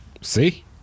See